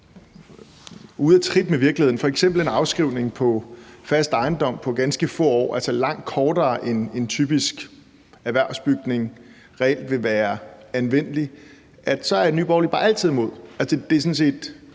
ude at trit med virkeligheden, f.eks. en afskrivning på fast ejendom på ganske få år, altså langt kortere, end en typisk erhvervsbygning reelt vil være anvendelig, så er Nye Borgerlige bare altid imod? De eksisterende